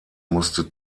musste